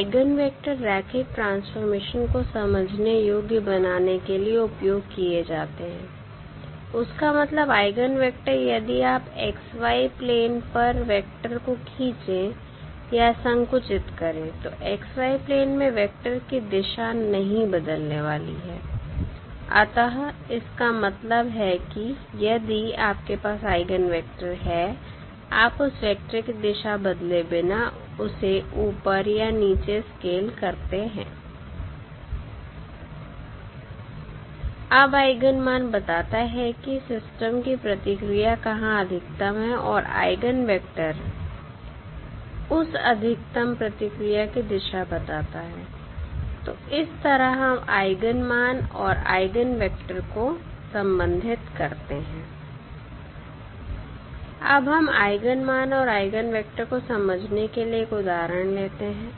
eigen vector रैखिक transformation को समझने योग्य बनाने के लिए उपयोग किए जाते हैं उसका मतलब आइगन वेक्टर यदि आप XY प्लेन पर वेक्टर को खींचे या संकुचित करें तो XY प्लेन में वेक्टर की दिशा नहीं बदलने वाली है अतः इसका मतलब है कि यदि आपके पास आइगन वेक्टर है आप उस वेक्टर की दिशा बदले बिना उसे ऊपर या नीचे स्केल करते हैं अब आइगन मान बताता है कि सिस्टम की प्रतिक्रिया कहां अधिकतम है और आइगन वेक्टर उस अधिकतम प्रतिक्रिया की दिशा बताता है तो इस तरह हम आइगन मान और आइगन वेक्टर को संबंधित करते हैं अब हम आइगन मान और आइगन वेक्टर को समझने के लिए एक उदाहरण लेते हैं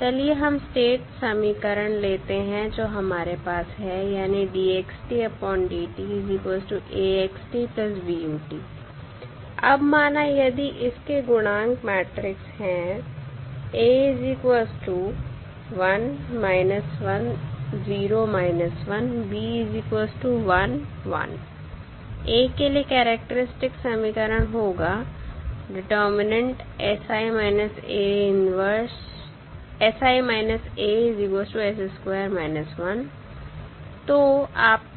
चलिए हम स्टेट समीकरण लेते हैं जो हमारे पास है यानी अब माना यदि इसके गुणांक मैट्रिक्स है A के लिए कैरेक्टरिस्टिक समीकरण होगा तो आपको क्या करने की जरूरत है